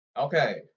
Okay